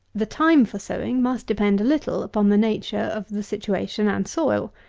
the time for sowing must depend a little upon the nature of the situation and soil.